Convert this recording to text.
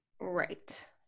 Right